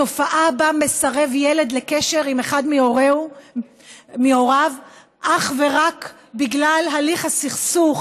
התופעה שבה מסרב ילד לקשר עם אחד מהוריו אך ורק בגלל הליך הסכסוך,